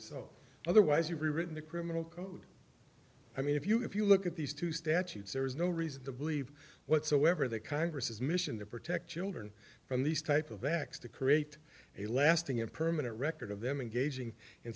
so otherwise you'd be written the criminal code i mean if you if you look at these two statutes there is no reason to believe whatsoever that congress is mission to protect children from these type of attacks to create a lasting and permanent record of them engaging in